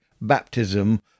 baptism